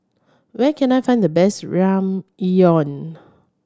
where can I find the best Ramyeon